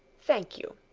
thank you.